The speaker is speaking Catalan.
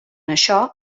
això